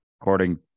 According